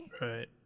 Right